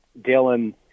Dylan